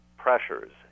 pressures